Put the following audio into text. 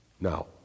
Now